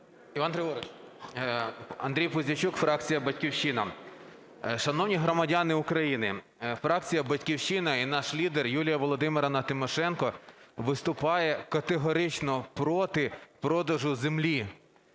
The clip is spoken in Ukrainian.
ПУЗІЙЧУК А.В. Андрій Пузійчук, фракція "Батьківщина". Шановні громадяни України, фракція "Батьківщина" і наш лідер, Юлія Володимирівна Тимошенко, виступає категорично проти продажу землі.